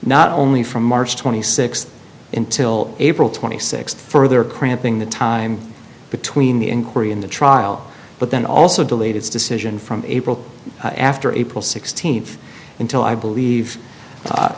not only from march twenty sixth in till april twenty sixth further cramping the time between the inquiry and the trial but then also delayed its decision from april after april sixteenth until i believe